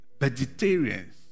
vegetarians